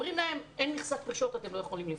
אומרים להם שאין מכסת פרישות ואתם לא יכולים לפרוש.